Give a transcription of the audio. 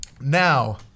Now